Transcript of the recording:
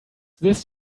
this